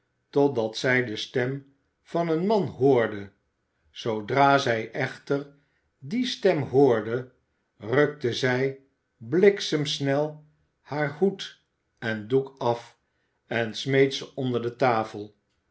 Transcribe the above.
totdat zij de stem van een man hoorde zoodra zij echter die stem hoorde rukte zij bliksemsnel haar hoed en doek af en smeet ze onder de tafel